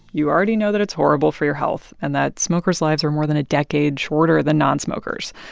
you already know that it's horrible for your health and that smokers' lives are more than a decade shorter than nonsmokers'.